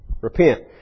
Repent